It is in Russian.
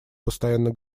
постоянно